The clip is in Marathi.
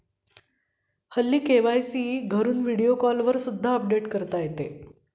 हल्ली के.वाय.सी घरून व्हिडिओ कॉलवर सुद्धा अपडेट करता येते